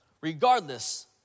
regardless